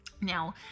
Now